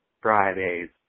Fridays